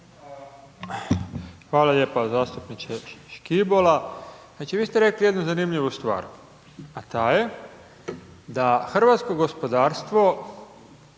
Hvala lijepa zastupniče Škibola. Znači vi ste rekli jednu zanimljivu stvar, a ta je da hrvatskog gospodarstvo